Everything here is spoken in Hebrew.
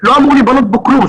לא אמור להיבנות כלום.